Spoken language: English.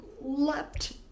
leapt